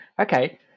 okay